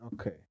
okay